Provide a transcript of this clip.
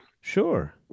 Sure